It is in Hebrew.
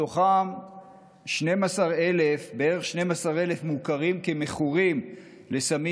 מתוכם בערך 12,000 מוכרים כמכורים לסמים